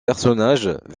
personnages